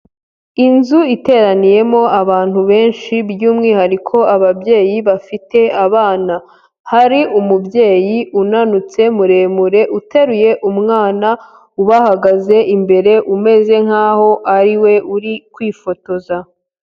Inzu iteraniyemo abantu benshi by'umwihariko ababyeyi bafite abana, hari umubyeyi unanutse muremure uteruye umwana ubahagaze imbere, umeze nkahoa ariwe uri kwifotoza.